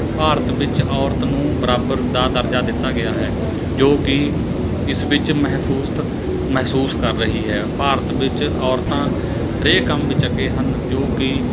ਭਾਰਤ ਵਿੱਚ ਔਰਤ ਨੂੰ ਬਰਾਬਰ ਦਾ ਦਰਜਾ ਦਿੱਤਾ ਗਿਆ ਹੈ ਜੋ ਕਿ ਇਸ ਵਿੱਚ ਮਹਿਫੂਜ਼ ਤ ਮਹਿਸੂਸ ਕਰ ਰਹੀ ਹੈ ਭਾਰਤ ਵਿੱਚ ਔਰਤਾਂ ਹਰੇਕ ਕੰਮ ਵਿੱਚ ਅੱਗੇ ਹਨ ਜੋ ਕਿ